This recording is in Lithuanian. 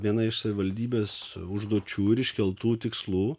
viena iš savivaldybės užduočių ir iškeltų tikslų